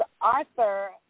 Arthur